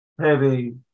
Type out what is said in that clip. heavy